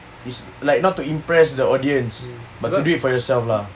is like not to impress the audience but to do it for yourself lah